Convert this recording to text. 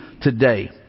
today